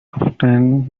often